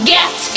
Get